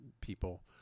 people